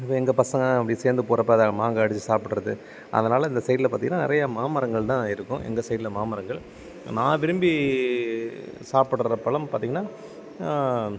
இப்போ எங்கள் பசங்கள் அப்படி சேர்ந்து போகிறப்ப அதை மாங்காய் அடித்து சாப்பிட்றது அதனால் இந்த சைடில் பார்த்திங்கனா நிறைய மாமரங்கள் தான் இருக்கும் எங்கள் சைடில் மாமரங்கள் நான் விரும்பி சாப்பிட்ற பழம் பார்த்திங்கனா